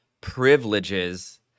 privileges